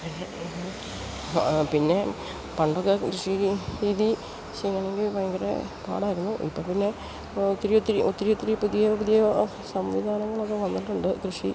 പിന്നെ പിന്നെ പിന്നെ പണ്ടൊക്ക കൃഷി രീതി ചെയ്യണമെങ്കിൽ ഭയങ്കര പാടായിരുന്നു ഇപ്പം പിന്നെ ഒത്തിരി ഒത്തിരി ഒത്തിരി ഒത്തിരി പുതിയ പുതിയ സംവിധാനങ്ങളൊക്കെ വന്നിട്ടുണ്ട് കൃഷി